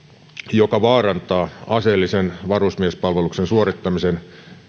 joka vaarantaa aseellisen varusmiespalveluksen suorittamisen